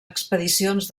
expedicions